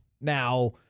Now